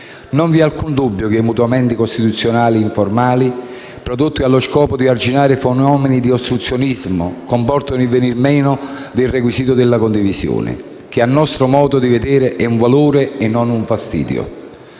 Non vi è alcun dubbio che i mutamenti costituzionali informali, prodotti allo scopo di arginare fenomeni di ostruzionismo, comportano il venir meno del requisito della condivisione, che - a nostro modo di vedere - è un valore e non un «fastidio».